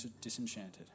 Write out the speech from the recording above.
disenchanted